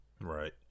Right